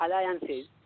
alliances